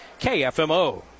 KFMO